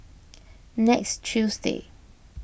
next Tuesday